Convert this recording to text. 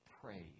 praise